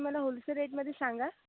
तुम्ही मला होलसेल रेटमध्ये सांगा